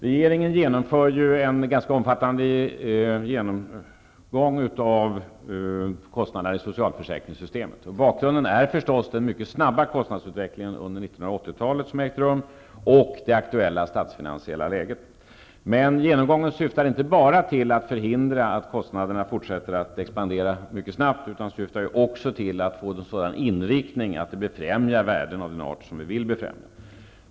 Regeringen gör en ganska omfattande genomgång av kostnaderna i socialförsäkringssystemet. Bakgrunden är förstås den mycket snabba kostnadsutveckling som har ägt rum under 1980 talet och det aktuella statsfinansiella läget. Men genomgången syftar inte bara till att förhindra att kostnaderna fortsätter att expandera mycket snabbt, utan den syftar också till att man skall få en sådan inriktning att värden av den art som vi vill befrämja befrämjas.